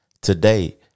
Today